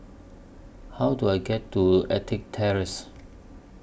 How Do I get to Ettrick Terrace